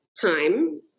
time